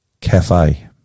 cafe